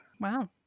Wow